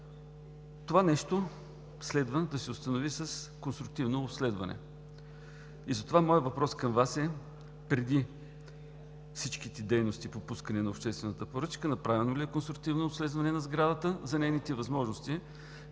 Това следва да се установи с конструктивно обследване. Затова моят въпрос към Вас е: преди всичките дейности по пускане на обществената поръчки, направено ли е конструктивно обследване на сградата за нейните възможности,